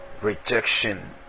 Rejection